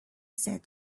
said